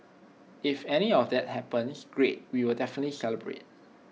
if any of that happens great we will definitely celebrate